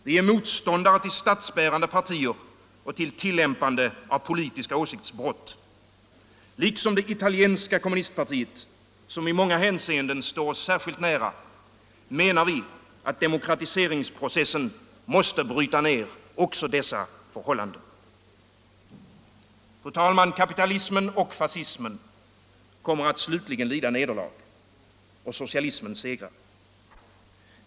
Vi är motståndare till statsbärande partier och tillämpande av politiska åsiktsbrott. Liksom det italienska kommunistpartiet — som i många hänseenden står oss särskilt nära — menar vi att demokratiseringsprocessen måste bryta ner också dessa förhållanden. Fru talman! Kapitalismen och fascismen kommer att slutligen lida nederlag och socialismen att segra.